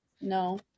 No